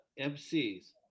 MCs